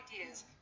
ideas